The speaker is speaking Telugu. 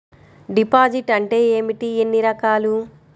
డిపాజిట్ అంటే ఏమిటీ ఎన్ని రకాలు?